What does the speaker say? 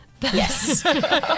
yes